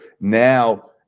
now